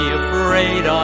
afraid